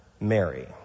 Mary